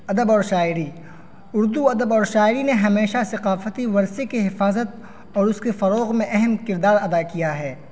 ادب اور شاعری اردو ادب اور شاعری نے ہمیشہ ثقافتی ورثے کے حفاظت اور اس کے فروغ میں اہم کردار ادا کیا ہے